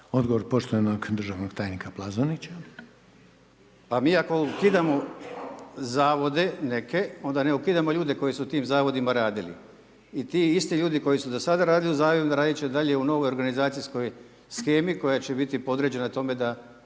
Odgovor poštovanog državnog tajnika Plazonića. **Plazonić, Željko (HDZ)** Pa mi ako ukidamo zavode neke, onda ne ukidamo ljude koji su u tim zavodima radili. I ti isti ljudi koji su do sad radili u Zavodu, raditi će dalje u novoj organizacijskoj shemi koja će biti podređena tome da